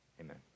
Amen